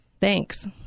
Thanks